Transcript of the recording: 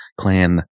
Clan